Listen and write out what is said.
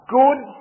good